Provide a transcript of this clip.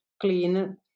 clean